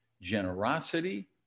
generosity